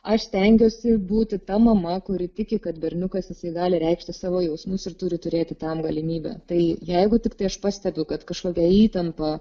aš stengiuosi būti ta mama kuri tiki kad berniukas jisai gali reikšti savo jausmus ir turi turėti tam galimybę tai jeigu tiktai aš pastebiu kad kažkokia įtampa